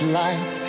life